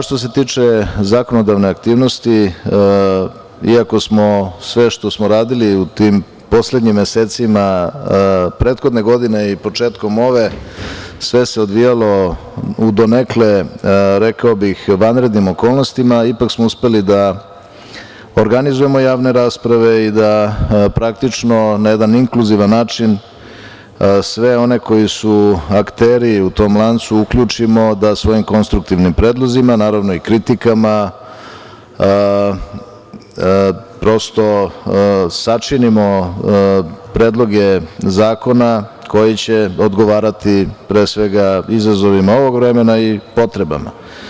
Što se tiče zakonodavne aktivnosti, iako smo sve što smo radili u tim poslednjim mesecima prethodne godine i početkom ove, sve se odvijalo u donekle, rekao bih vanrednim okolnostima, ipak smo uspeli da organizujemo javne rasprave i da praktično na jedan inkluzivan način sve one koji su akteri u tom lancu uključimo da svojim konstruktivnim predlozima, naravno i kritikama, prosto sačinimo predloge zakona koji će odgovarati, pre svega izazovima ovog vremena i potrebama.